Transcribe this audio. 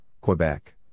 Quebec